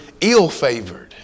ill-favored